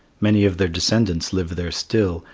many of their descendants live there still,